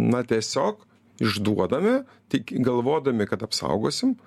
na tiesiog išduodame tik galvodami kad apsaugosim